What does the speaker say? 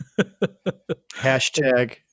Hashtag